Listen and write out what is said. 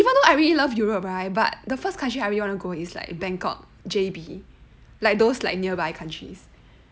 yes even though I really love europe right but the first country I really wanna go is like bangkok J_B like those like nearby countries